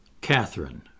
Catherine